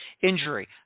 injury